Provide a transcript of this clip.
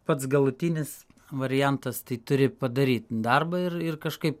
pats galutinis variantas tai turi padaryt darbą ir ir kažkaip